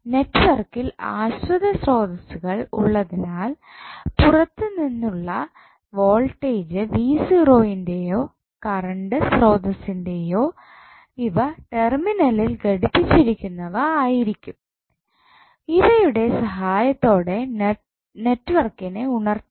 നെറ്റ്വർക്കിൽ ആശ്രിത സോതസ്സുകൾ ഉള്ളതിനാൽ പുറത്തുനിന്ന് ഉള്ള വോൾട്ടേജ് ൻ്റെയോ കറണ്ട് സ്രോതസ്സിൻ്റെയോ ഇവ ടെർമിനലിൽ ഘടിപ്പിച്ചിരിക്കുന്നവ ആയിരിക്കും ഇവയുടെ സഹായത്തോടെ നെറ്റ്വർക്കിനെ ഉണർത്തണം